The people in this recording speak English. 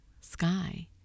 sky